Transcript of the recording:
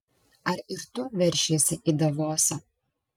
ar ir tu veršiesi į davosą